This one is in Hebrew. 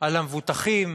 על המבוטחים,